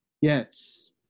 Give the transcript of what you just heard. Yes